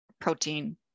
protein